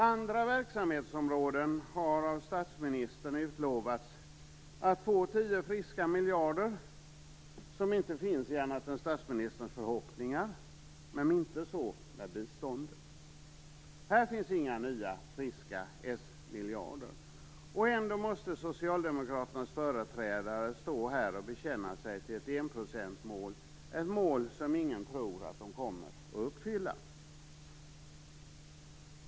Andra verksamhetsområden har av statsministern utlovats att få 10 friska miljarder - som inte finns annat än i statsministerns förhoppningar - men så inte biståndet. Här finns inga nya friska s-miljarder. Ändå måste socialdemokraternas företrädare stå här och bekänna sig till ett enprocentsmål, ett mål som ingen tror att de kommer att uppfylla.